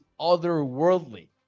otherworldly